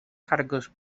cargos